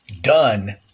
done